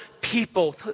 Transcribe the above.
people